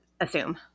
assume